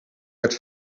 werd